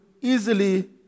easily